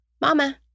mama